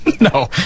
no